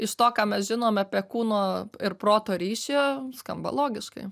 iš to ką mes žinom apie kūno ir proto ryšį skamba logiškai